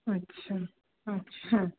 আচ্ছা আচ্ছা